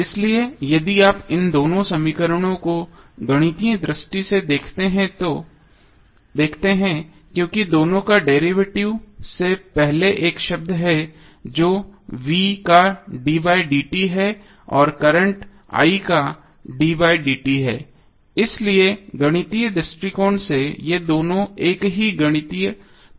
इसलिए यदि आप इन दोनों समीकरणों को गणितीय दृष्टि से समान देखते हैं क्योंकि दोनों का डेरिवेटिव से पहले एक शब्द है जो v का d बाय dt है और करंट i का d बाय dt है इसलिए गणितीय दृष्टिकोण से ये दोनों एक ही गणितीय प्रपत्र हैं